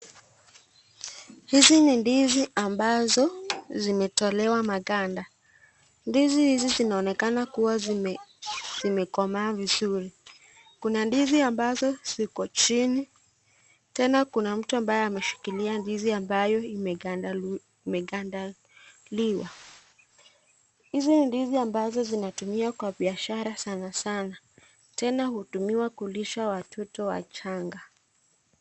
Hizi ni ndizi ambazo zimetolewa maganda. Ndizi hizi zinaonekana kuwa zimekomaa vizuri. Kuna ndizi ambazo ziko chini, tena kuna mtu ambaye ameshikilia ambazo zimetolewa maganda. Hizi ni ndizi ambazo zinatumiwa katika biashara sanasana, tena hutumiwa kulisha watoto wachanga.